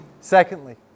Secondly